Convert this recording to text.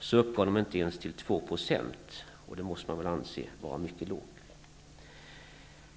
finner man att de inte ens uppgår till 2 %, vilket man väl måste anse vara en mycket låg siffra.